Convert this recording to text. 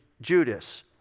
Judas